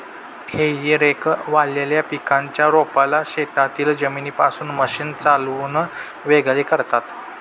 हेई रेक वाळलेल्या पिकाच्या रोपाला शेतातील जमिनीपासून मशीन चालवून वेगळे करतात